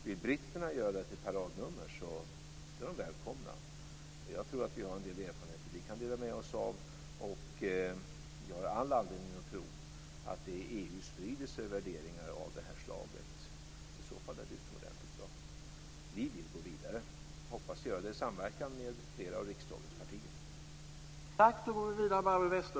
Om britterna vill göra detta till ett paradnummer är de välkomna. Jag tror att vi har en del erfarenheter att dela med oss av. Vi har all anledning att tro att det inom EU sprids värderingar av det här slaget. I så fall är det utomordentligt bra. Vi vill gå vidare och hoppas att vi kan göra det i samverkan med flera av riksdagens partier.